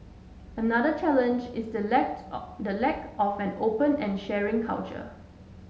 another challenge is the lack to out the lack of an open and sharing culture